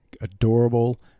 adorable